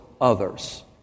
others